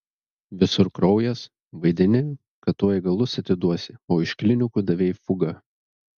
visur kraujas vaidini kad tuoj galus atiduosi o iš klinikų davei fugą